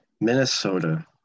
Minnesota